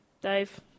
Dave